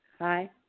Hi